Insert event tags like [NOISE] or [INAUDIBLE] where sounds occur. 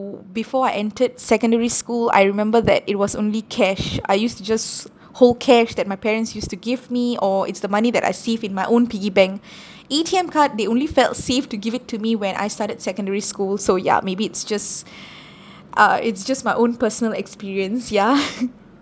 before I entered secondary school I remember that it was only cash I used to just hold cash that my parents used to give me or it's the money that I save in my own piggy bank [BREATH] A_T_M card they only felt safe to give it to me when I started secondary school so ya maybe it's just [BREATH] uh it's just my own personal experience ya [LAUGHS]